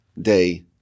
day